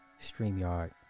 StreamYard